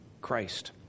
Christ